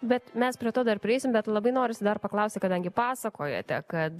bet mes prie to dar prieisim bet labai norisi dar paklausti kadangi pasakojote kad